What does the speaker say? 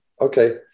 Okay